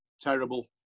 terrible